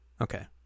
Okay